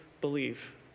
believe